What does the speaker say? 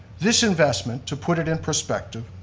this investment, to put it in perspective,